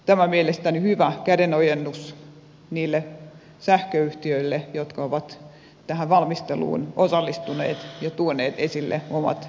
tämä on mielestäni hyvä kädenojennus niille sähköyhtiöille jotka ovat tähän valmisteluun osallistuneet ja tuoneet esille omat näkökulmansa